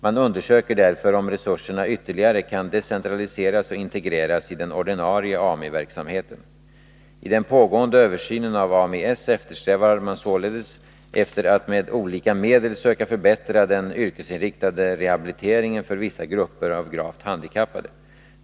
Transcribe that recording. Man undersöker därför om resurserna ytterligare kan decentraliseras och integreras i den ordinarie Ami-verksamheten. Iden pågående översynen av Ami-S strävar man således efter att med olika medel söka förbättra den yrkesinriktade rehabiliteringen för vissa grupper av gravt handikappade.